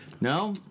No